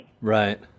Right